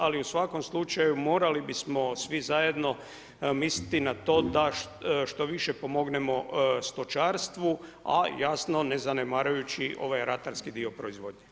Ali u svakom slučaju morali bismo svi zajedno misliti na to da što više pomognemo stočarstvu, a jasno ne zanemarujući ovaj ratarski dio proizvodnje.